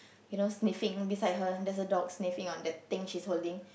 you know sniffing beside her there's a dog sniffing on that thing she's holding